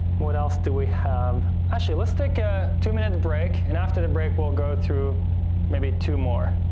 what else do we have? actually, let's take a two minute break, and after the break, we'll go through maybe two more.